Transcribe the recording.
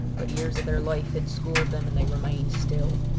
but years of their life had schooled them and they remained still.